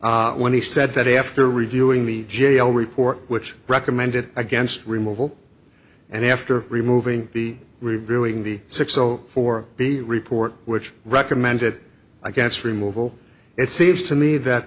g when he said that after reviewing the jail report which recommended against removal and after removing the reviewing the six so for the report which recommended against removal it seems to me that